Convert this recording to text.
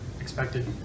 expected